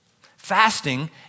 Fasting